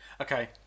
Okay